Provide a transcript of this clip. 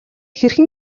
хэрхэн